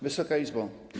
Wysoka Izbo!